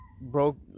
broke